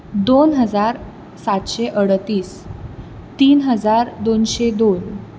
दोन हजार सातशे अडतीस तीन हजार दोनशे दोन